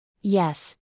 Yes